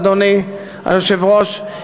אדוני היושב-ראש,